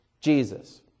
Jesus